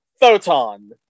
Photon